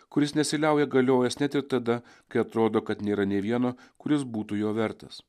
kuris nesiliauja galiojęs net ir tada kai atrodo kad nėra nė vieno kuris būtų jo vertas